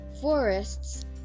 forests